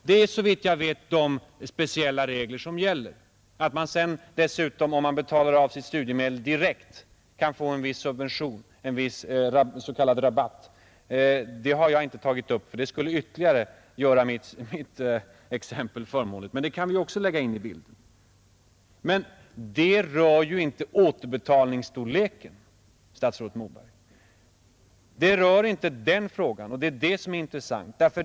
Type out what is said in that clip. Det är såvitt jag vet de speciella regler som gäller. Att man dessutom, om man betalar tillbaka studiemedlen direkt, kan få viss subvention, en viss s.k. rabatt, har jag inte tagit upp — det skulle göra mitt exempel ytterligare förmånligt, men det kan vi också lägga in i bilden. Med det rör ju inte återbetalningsstorleken, statsrådet Moberg, och det är den frågan som är intressant.